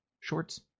shorts